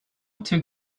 took